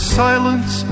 silence